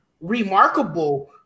remarkable